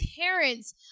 parents